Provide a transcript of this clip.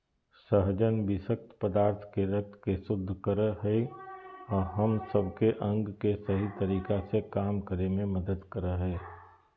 सहजन विशक्त पदार्थ के रक्त के शुद्ध कर हइ अ हम सब के अंग के सही तरीका से काम करे में मदद कर हइ